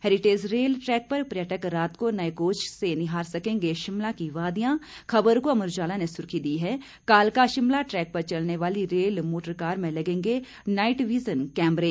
heritage rail track पर पर्यटक रात को नए कोच से निहार सकेंगे शिमला की वादियां खबर को अमर उजाला ने सुर्खी दी है कालका शिमला ट्रैक पर चलने वाली रेल मोटरकार में लगेंगे नाईट विजन कैमरे